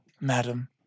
madam